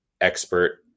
expert